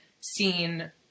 seen